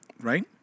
right